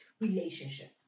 relationship